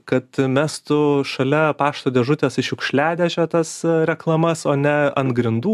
kad mestų šalia pašto dėžutės į šiukšliadėžę tas reklamas o ne ant grindų